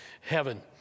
heaven